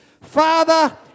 Father